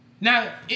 Now